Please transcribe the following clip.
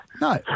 No